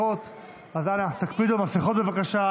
אז אנא, תקפידו על מסכות, בבקשה.